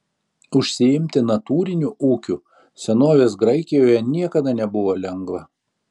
užsiimti natūriniu ūkiu senovės graikijoje niekada nebuvo lengva